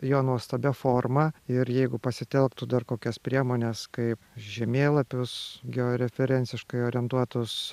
jo nuostabia forma ir jeigu pasitelktų dar kokias priemones kaip žemėlapius georeferenciškai orientuotus